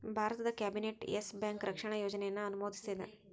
ಭಾರತದ್ cabinet Yes Bank ರಕ್ಷಣಾ ಯೋಜನೆಯನ್ನ ಅನುಮೋದಿಸೇದ್